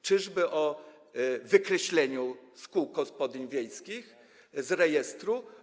Czyżby o wykreśleniu kół gospodyń wiejskich z rejestru?